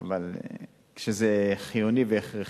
אבל כשזה חיוני והכרחי.